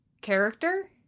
character